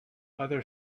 other